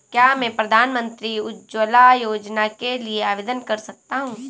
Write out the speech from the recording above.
क्या मैं प्रधानमंत्री उज्ज्वला योजना के लिए आवेदन कर सकता हूँ?